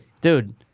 Dude